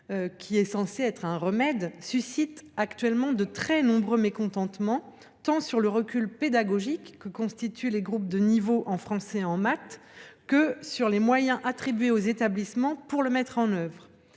collège. Censé être un remède, ce « choc » suscite actuellement de très nombreux mécontentements, tant sur le recul pédagogique que constituent les groupes de niveau en français et en maths que sur les moyens attribués aux établissements pour le mettre en œuvre.